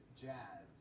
jazz